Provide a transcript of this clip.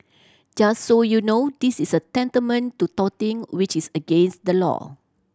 just so you know this is a tantamount to touting which is against the law